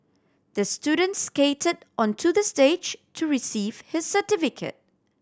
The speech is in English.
the student skated onto the stage to receive his certificate